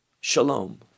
Shalom